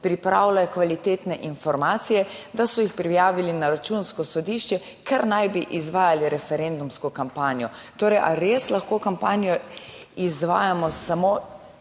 pripravljajo kvalitetne informacije, da so jih prijavili na Računsko sodišče, ker naj bi izvajali referendumsko kampanjo. Torej, ali res lahko kampanjo izvajamo samo,